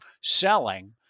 selling